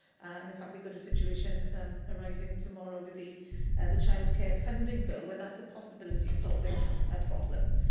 in fact, we've got a situation um arising tomorrow with the and the childcare funding bill where that's a possibility of solving a problem.